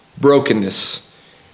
brokenness